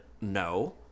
No